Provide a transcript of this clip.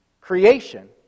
Creation